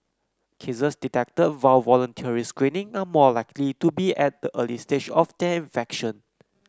cases detected via voluntary screening are more likely to be at the early stage of their infection